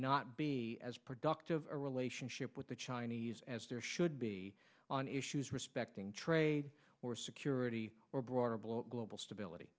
not be as productive a relationship with the chinese as there should be on issues respecting trade or security or broader blow global stability